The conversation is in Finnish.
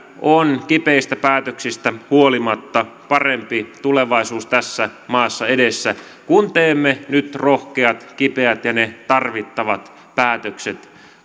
on kipeistä päätöksistä huolimatta parempi tulevaisuus tässä maassa edessä kun teemme nyt rohkeat kipeät ja tarvittavat päätökset